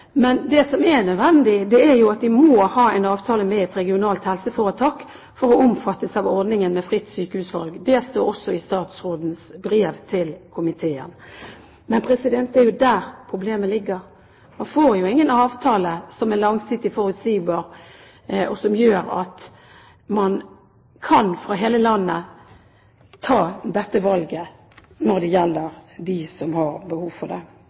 men det som er nødvendig, er at de må ha en avtale med et regionalt helseforetak for å omfattes av ordningen med fritt sykehusvalg. Det står også i statsrådens brev til komiteen. Men det er jo der problemet ligger. Man får ingen avtale som er langsiktig, forutsigbar, og som gjør at de – fra hele landet – som har behov for det,